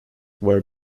were